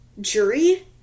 jury